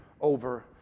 over